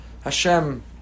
Hashem